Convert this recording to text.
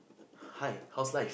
hi how's life